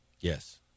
Yes